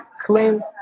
claim